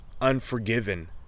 unforgiven